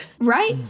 right